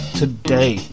today